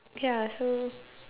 ya so